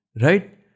Right